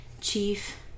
Chief